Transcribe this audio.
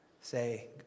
Say